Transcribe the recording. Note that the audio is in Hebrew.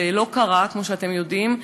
זה לא קרה, כמו שאתם יודעים,